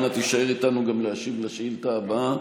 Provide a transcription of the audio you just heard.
אנא תישאר איתנו להשיב גם על השאילתה הבאה.